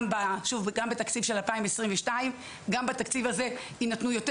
גם בתקציב של 2022, גם בתקציב הזה יינתנו יותר.